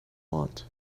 want